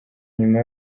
nyuma